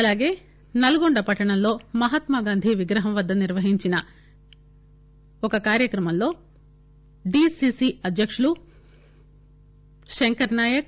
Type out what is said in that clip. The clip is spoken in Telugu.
అలాగే నల్గొండ పట్టణంలోమహాత్మా గాంధీ విగ్రహం వద్ద నిర్వహించిన కార్యక్రమంలో డిసిసీసీ అధ్యక్షుడు శంకర్ నాయక్